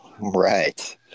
Right